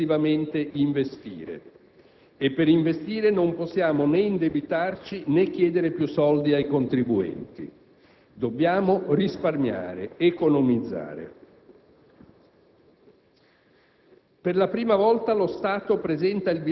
Per un generale salto di qualità, occorre tempestivamente investire. E per investire non possiamo né indebitarci né chiedere più soldi ai contribuenti: dobbiamo risparmiare, economizzare.